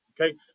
okay